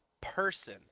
person